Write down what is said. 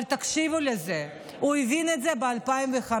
אבל תקשיבו לזה, הוא הבין את זה ב-2005,